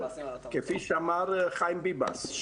כפי שאמר חיים ביבס,